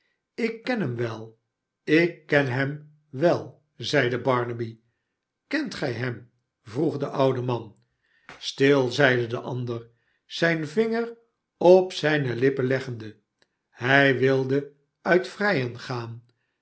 tlk ken hem wel ik ken hem wel zeide barnaby kent gij hem vroeg de oude man stil zeide de ander zijn vinger op zijne hppen leggende hij wilde uit vrijen gaan